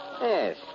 Yes